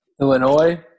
Illinois